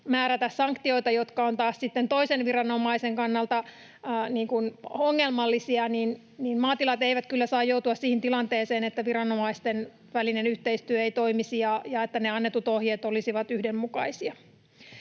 määrätä sanktioita, jotka ovat sitten taas toisen viranomaisen kannalta ongelmallisia. Maatilat eivät kyllä saa joutua siihen tilanteeseen, että viranomaisten välinen yhteistyö ei toimisi ja että ne annetut ohjeet eivät olisi yhdenmukaisia.